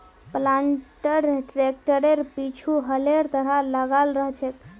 planter ट्रैक्टरेर पीछु हलेर तरह लगाल रह छेक